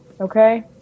Okay